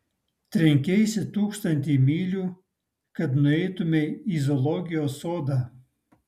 trenkeisi tūkstantį mylių kad nueitumei į zoologijos sodą